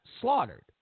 slaughtered